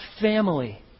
family